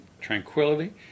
tranquility